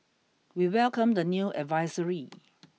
we welcomed the new advisory